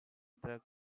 truck